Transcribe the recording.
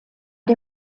der